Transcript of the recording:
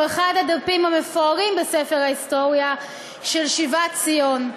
אחד הדפים המפוארים בספר ההיסטוריה של שיבת ציון.